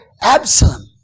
Absalom